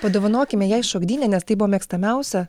padovanokime jai šokdynę nes tai buvo mėgstamiausia